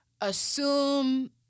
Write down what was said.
assume